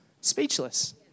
speechless